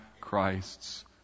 Christ's